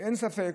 אין ספק